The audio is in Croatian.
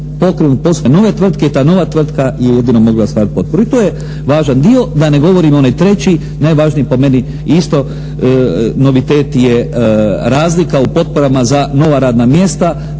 postupak osnivanja nove tvrtke. Ta nova tvrtka je jedino mogla ostvariti potporu. I to je važan dio. Da ne govorim onaj treći. Najvažniji po meni je. Isto novitet je razlika u potporama za nova radna mjesta